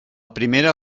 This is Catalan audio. primera